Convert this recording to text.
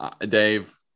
Dave